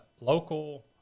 Local